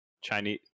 Chinese